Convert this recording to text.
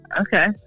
Okay